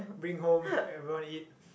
bring home everyone eat